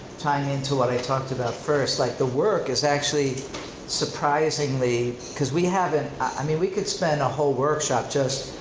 tying into what i talked about first, like the work is actually surprisingly, cause we haven't, i mean we could spend a whole workshop just